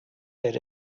that